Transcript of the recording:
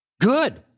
Good